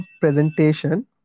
presentation